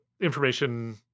information